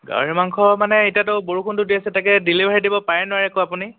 গাহৰি মাংস মানে এতিয়াতো বৰষুণটো দি আছে তাকে ডেলিভাৰী দিব পাৰে নোৱাৰে আকৌ আপুনি